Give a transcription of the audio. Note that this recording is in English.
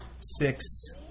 six